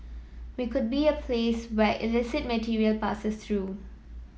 we could be a place where illicit material passes through